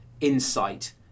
insight